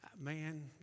Man